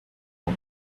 how